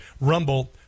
Rumble